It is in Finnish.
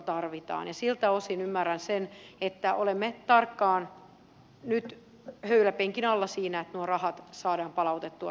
siltä osin ymmärrän sen että olemme tarkkaan nyt höyläpenkin alla siinä että nuo rahat saadaan palautettua sinne takaisin